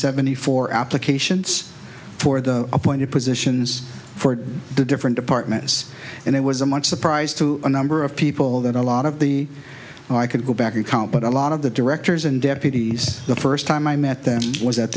seventy four obligations for the appointed positions for the different departments and it was a much surprise to a number or of people that a lot of the oh i could go back and count but a lot of the directors and deputies the first time i met them was